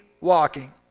walking